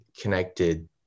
connected